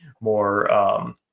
more